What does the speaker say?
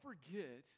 forget